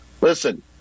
Listen